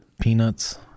peanuts